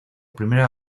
primera